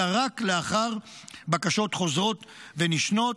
אלא רק לאחר בקשות חוזרות ונשנות.